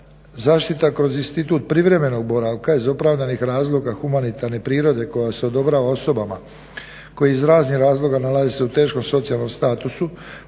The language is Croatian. Zaštita kroz institut privremenog boravka iz opravdanih razloga humanitarne prirode koja se odobrava osobama koje iz raznih razloga nalaze se u teškom socijalnom statusu